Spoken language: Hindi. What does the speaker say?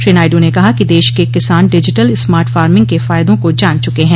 श्री नायडू ने कहा कि देश के किसान डिजिटल स्मार्ट फार्मिंग के फायदों को जान चूके हैं